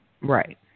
Right